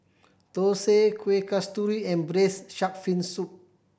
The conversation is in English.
thosai Kuih Kasturi and Braised Shark Fin Soup